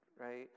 right